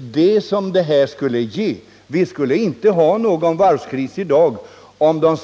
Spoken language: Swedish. Men det är just en ökad sysselsättning vi skulle få och därmed slippa en varvskris i detta land om